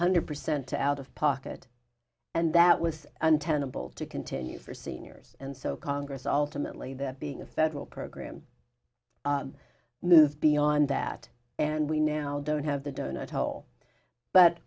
hundred percent out of pocket and that was untenable to continue for seniors and so congress alternately that being a federal program moved beyond that and we now don't have the donut hole but